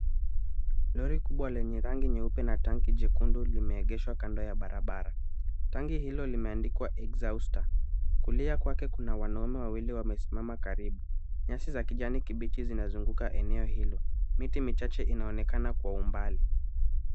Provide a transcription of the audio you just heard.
Lori kubwa lenye rangi nyeupe na tanki jekundu limeegeshwa kando ya barabara. Tangi hilo limeandikwa Exhauster. Kulia kwake kuna wanaume wawili wamesimama karibu. Nyasi za kijani kibichi zinazunguka eneo hilo. Miti michache inaonekana kwa umbali.